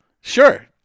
sure